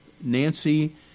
Nancy